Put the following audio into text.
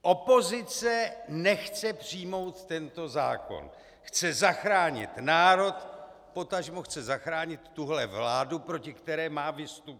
Opozice nechce přijmout tento zákon, chce zachránit národ, potažmo chce zachránit tuhle vládu, proti které má vystupovat.